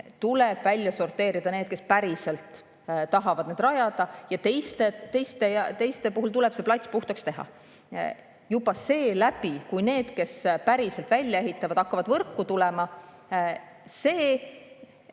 Tuleb välja sorteerida need, kes päriselt tahavad [võimsusi] rajada, ja teistest tuleb plats puhtaks teha. Juba see, et need, kes päriselt välja ehitavad, hakkavad võrku tulema, võimaldab